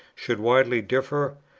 should widely differ?